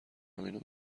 همینو